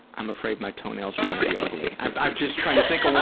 i'm afraid my toenails are going to be ugly. i'm just trying to think of